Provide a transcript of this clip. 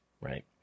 right